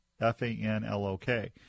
F-A-N-L-O-K